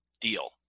deal